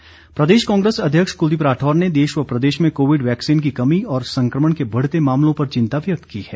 राठौर प्रदेश कांग्रेस अध्यक्ष कुलदीप राठौर ने देश व प्रदेश में कोविड वैक्सीन की कमी और संकमण के बढ़ते मामलों पर चिंता व्यक्त की है